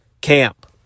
camp